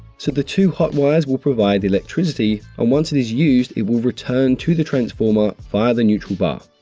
so, the two hot wires will provide the electricity and once it is used it will return to the transformer via the neutral bar.